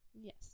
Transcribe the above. yes